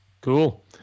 Cool